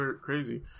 crazy